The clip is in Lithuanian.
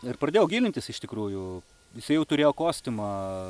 ir pradėjau gilintis iš tikrųjų jisai jau turėjo kostiumą